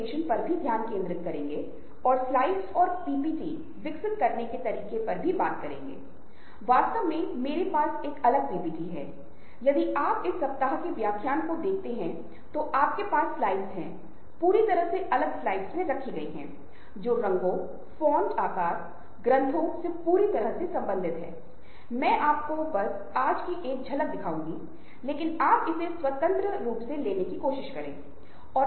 क्योंकि इनमें से कुछ कौशलों के बारे में जिन पर हमें बात करनी होगी हम उन कौशलों या कौशलों का पता लगाने की कोशिश करेंगे जो सामान्य कौशलों से परे हैं जिन्हें हम सीखते हैं जब हम सामाजिक स्तर पर और जब हम नेटवर्क पर एक पारस्परिक स्तर पर सामाजिक स्तर पर प्रौद्योगिकियों का उपयोग करे बिना